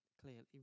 clearly